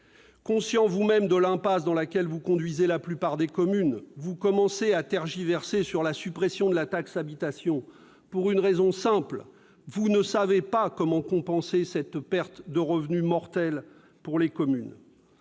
Conscient vous-même de l'impasse dans laquelle vous conduisez la plupart des communes, vous commencez à tergiverser quant à la suppression de la taxe d'habitation, ce pour une raison simple : vous ne savez pas comment compenser cette perte de revenus mortelle pour les communes.